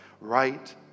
right